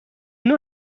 نوع